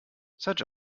such